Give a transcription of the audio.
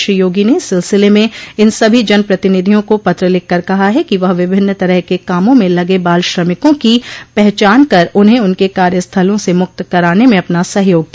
श्री योगी ने इस सिलसिले में इन सभी जनप्रतिनिधियों को पत्र लिखकर कहा ह कि वह विभिन्न तरह के कामों में लगे बाल श्रमिकों की पहचान कर उन्हें उनक कार्यस्थलों से मुक्त कराने में अपना सहयोग दे